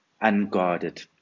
unguarded